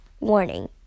Warning